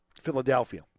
Philadelphia